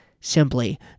simply